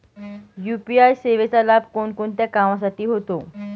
UPI सेवेचा लाभ कोणकोणत्या कामासाठी होतो?